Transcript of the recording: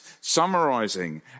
summarizing